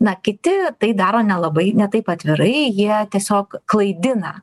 na kiti tai daro nelabai ne taip atvirai jie tiesiog klaidina